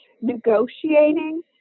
negotiating